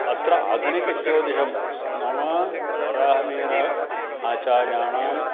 अत्र आधुनिकज्योतिषं नाम वराहमिहिरः आचार्याणां